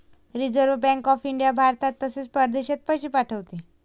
reserve Bank of India भारतात तसेच परदेशात पैसे पाठवते